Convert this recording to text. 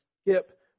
skip